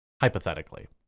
Hypothetically